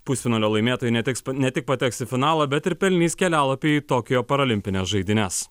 pusfinalio laimėtojai netiks ne tik pateks į finalą bet ir pelnys kelialapį į tokijo parolimpines žaidynes